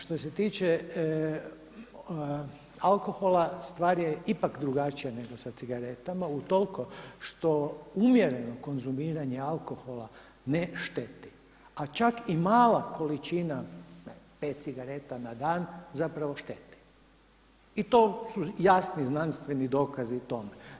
Što se tiče alkohola stvar je ipak drugačija nego sa cigaretama utoliko što umjereno konzumiranje alkohola ne šteti, a čak i mala količina 5 cigareta na dan šteti i to su jasni znanstveni dokazi tome.